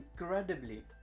incredibly